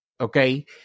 okay